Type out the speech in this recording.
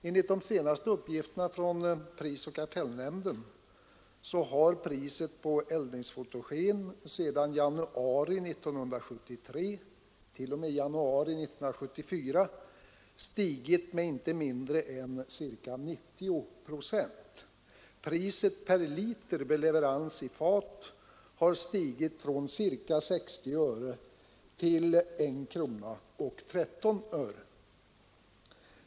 Enligt de senaste uppgifterna från prisoch kartellnämnden har priset på eldningsfotogen under tiden januari 1973 till januari 1974 stigit med inte mindre än ca 90 procent. Priset per liter vid leverans i fat har stigit från ca 60 öre till I krona 13 öre.